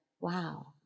Wow